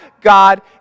God